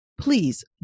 Please